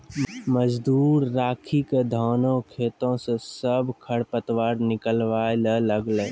मजदूर राखी क धानों खेतों स सब खर पतवार निकलवाय ल लागलै